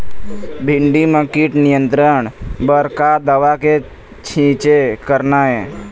भिंडी म कीट नियंत्रण बर का दवा के छींचे करना ये?